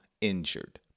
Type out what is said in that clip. injured